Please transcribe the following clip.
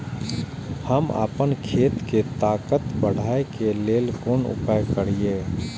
हम आपन खेत के ताकत बढ़ाय के लेल कोन उपाय करिए?